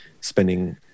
spending